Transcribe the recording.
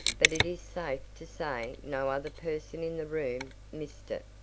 but it is safe to say no other person in the room missed it.